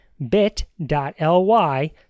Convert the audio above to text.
bit.ly